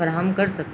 فراہم کر سکتے